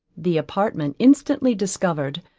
the apartment instantly discovered,